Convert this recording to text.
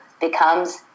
becomes